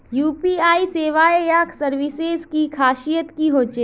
UPI सेवाएँ या services की खासियत की होचे?